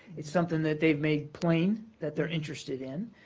it's something that they've made plain that they're interested in.